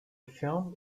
film